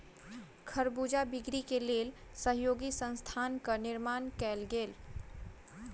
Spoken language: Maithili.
खरबूजा बिक्री के लेल सहयोगी संस्थानक निर्माण कयल गेल